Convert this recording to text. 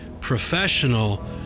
professional